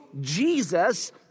Jesus